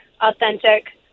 authentic